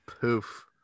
Poof